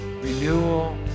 renewal